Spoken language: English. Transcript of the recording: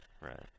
right